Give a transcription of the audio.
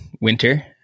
winter